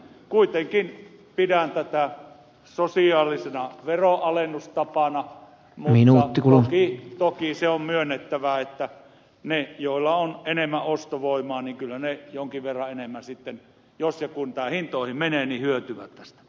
kuitenkin pidän tätä sosiaalisena veronalennustapana mutta toki se on myönnettävä että ne joilla on enemmän ostovoimaa kyllä jonkin verran enemmän sitten jos ja kun tämä hintoihin menee hyötyvät tästä